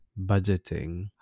budgeting